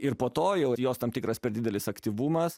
ir po to jau ir jos tam tikras per didelis aktyvumas